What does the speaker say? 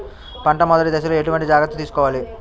పంట మెదటి దశలో ఎటువంటి జాగ్రత్తలు తీసుకోవాలి?